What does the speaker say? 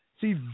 See